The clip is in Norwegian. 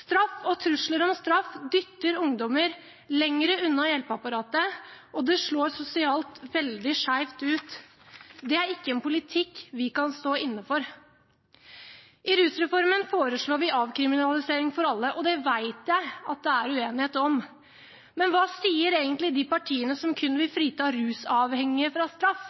Straff og trusler om straff dytter ungdommer lenger unna hjelpeapparatet, og det slår sosialt veldig skjevt ut. Det er ikke en politikk vi kan stå inne for. I rusreformen foreslår vi avkriminalisering for alle, og det vet jeg at det er uenighet om. Men hva sier egentlig de partiene som kun vil frita rusavhengige fra straff?